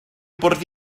bwrdd